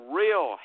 real